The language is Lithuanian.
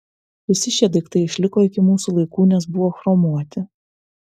visi šie daiktai išliko iki mūsų laikų nes buvo chromuoti